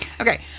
Okay